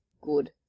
good